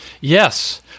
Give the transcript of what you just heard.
Yes